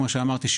כמו שאמרתי,